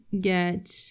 get